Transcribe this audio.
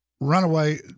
runaway